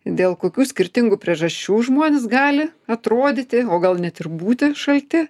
dėl kokių skirtingų priežasčių žmonės gali atrodyti o gal net ir būti šalti